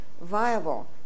viable